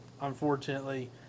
unfortunately